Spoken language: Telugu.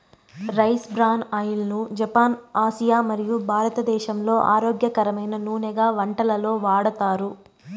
రైస్ బ్రాన్ ఆయిల్ ను జపాన్, ఆసియా మరియు భారతదేశంలో ఆరోగ్యకరమైన నూనెగా వంటలలో వాడతారు